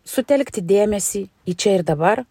sutelkti dėmesį į čia ir dabar